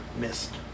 Missed